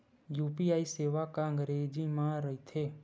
UPI सेवा का अंग्रेजी मा रहीथे?